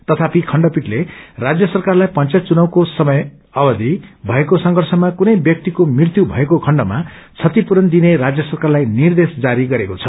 तथापि खण्डपीठले राज्य सरकारलाई पंचायत चुनावको समयमा कथित भएको संघर्षमा कुनै व्यक्तिको मृत्यु भएको खण्डमा क्षतिपूरन दिने राज्य सरकारलाई निर्देश जारी गरेको छ